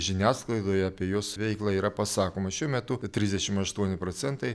žiniasklaidoje apie jos veiklą yra pasakoma šiuo metu trisdešim aštuoni procentai